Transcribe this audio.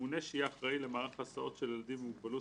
לממונה שיהיה אחראי למערך הסעות של ילדים עם מוגבלות